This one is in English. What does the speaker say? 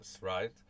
right